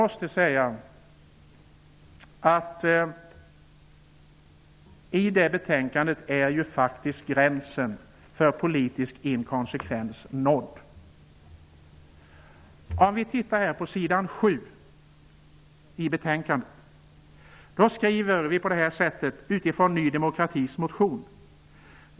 I detta betänkande är gränsen för politisk inkonsekvens nådd! På s. 7 i betänkandet står följande utifrån Ny demokratis motion. ''